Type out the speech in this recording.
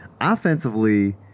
Offensively